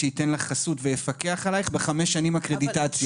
שייתן לך חסות ויפקח עליך בחמש שנים אקרדיטציה.